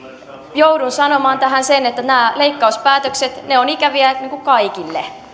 joudun sanomaan tähän sen että nämä leikkauspäätökset ovat ikäviä kaikille